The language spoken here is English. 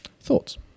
Thoughts